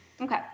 Okay